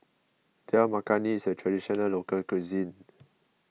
Dal Makhani is a Traditional Local Cuisine